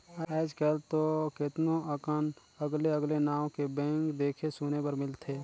आयज कायल तो केतनो अकन अगले अगले नांव के बैंक देखे सुने बर मिलथे